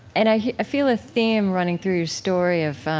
and i feel a theme running through your story of